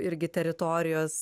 irgi teritorijos